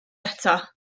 eto